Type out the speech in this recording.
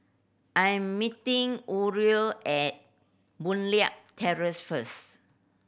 I am meeting Uriel at Boon Leat Terrace first